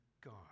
God